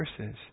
verses